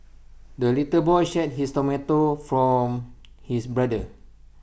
the little boy shared his tomato from his brother